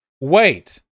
Wait